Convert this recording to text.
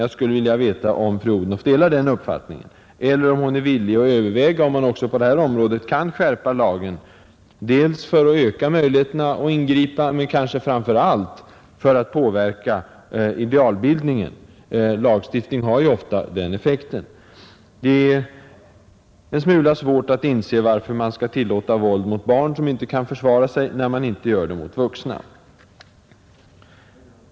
Jag skulle vilja veta om fru Odhnoff delar den uppfattningen eller om hon är villig att överväga en skärpning av lagen också på det området. Dels för att öka möjligheterna att ingripa, dels, och kanske framför allt, för att påverka idealbildningen. Lagstiftning har ju ofta den effekten. Det är en smula svårt att inse varför man skall tillåta våld mot barn som inte kan försvara sig, när man inte gör det mot vuxna.